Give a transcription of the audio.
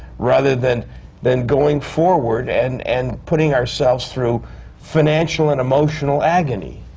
rather than than going forward and and putting ourselves through financial and emotional agony,